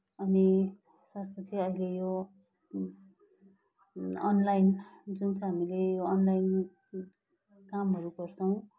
अनि स्वास्थ्य चाहिँ अहिले यो अनलाइन जुन चाहिँ हामीले यो अनलाइन कामहरू गर्छौँ